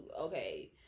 Okay